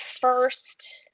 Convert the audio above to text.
first